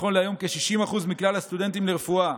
נכון להיום כ-60% מכלל הסטודנטים לרפואה